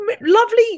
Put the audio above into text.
lovely